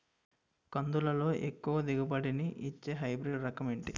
కందుల లో ఎక్కువ దిగుబడి ని ఇచ్చే హైబ్రిడ్ రకం ఏంటి?